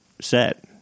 set